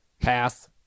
Pass